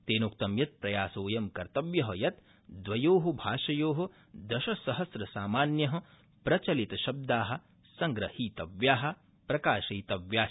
तेनोक्त यत् प्रयासोऽयं कर्तव्य यत् द्वयो भाषयो दशसहस्रसामान्य प्रचलित शब्दा संप्रहीतव्या प्रकाशतीतव्याश्च